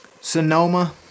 Sonoma